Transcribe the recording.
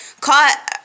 caught